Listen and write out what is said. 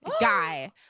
guy